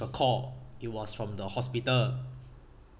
a call it was from the hospital